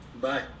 Bye